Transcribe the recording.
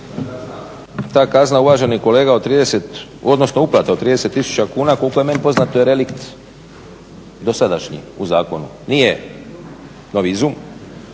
Ta kazna uvaženi kolega od 30, odnosno uplata od 30 tisuća kuna koliko je meni poznato je relikt dosadašnji u zakonu. Nije novi izum,